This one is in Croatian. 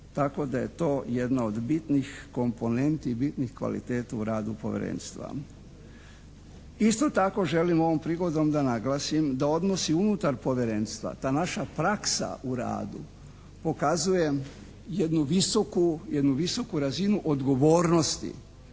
Tako da je to jedna od bitnih komponenti, bitnih kvaliteta u radu povjerenstva. Isto tako želim ovog prigodom da naglasim da odnosi unutar povjerenstva, ta naša praksa u radu pokazuje jednu visoku razinu odgovornosti